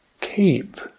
keep